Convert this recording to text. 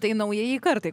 tai naujajai kartai